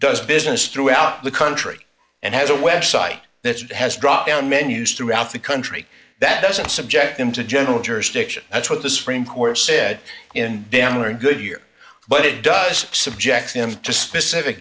does business throughout the country and has a website that has drop down menus throughout the country that doesn't subject them to general jurisdiction that's what the supreme court said in daimler goodyear but it does subject them to specific